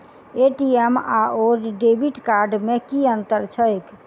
ATM आओर debit card मे की अंतर छैक?